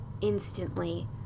instantly